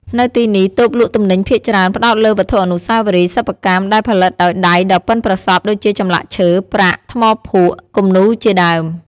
នៅទីនេះ តូបលក់ទំនិញភាគច្រើនផ្តោតលើវត្ថុអនុស្សាវរីយ៍សិប្បកម្មដែលផលិតដោយដៃដ៏ប៉ិនប្រសប់ដូចជាចម្លាក់ឈើ ប្រាក់ ថ្មភក់ គំនូរជាដើម។